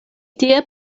tie